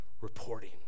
reporting